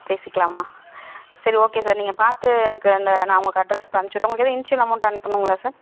பேசிக்கலாமா சரி okay sir நீங்கள் பார்த்து எனக்கு அந்த நான் உங்களுக்கு அட்ரெஸ் இப்போ அனுப்புச்சுவிடுறேன் உங்களுக்கு இன்ஷியல் அமௌண்டு அனுப்பனுங்களா சார்